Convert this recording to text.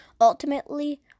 Ultimately